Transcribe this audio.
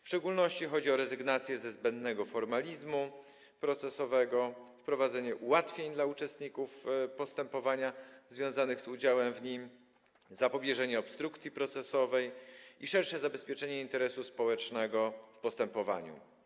W szczególności chodzi o rezygnację ze zbędnego formalizmu procesowego, wprowadzenie ułatwień dla uczestników postępowania związanych z udziałem w nim, zapobieżenie obstrukcji procesowej i szersze zabezpieczenie interesu społecznego w postępowaniu.